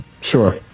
sure